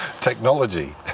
technology